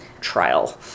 trial